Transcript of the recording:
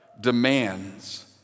demands